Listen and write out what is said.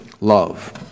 love